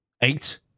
eight